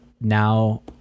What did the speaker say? now